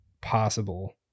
possible